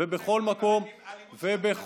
ובכל מקום ובכל,